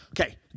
Okay